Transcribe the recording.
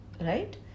right